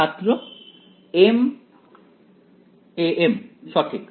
ছাত্র m am সঠিক